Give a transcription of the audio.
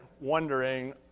wondering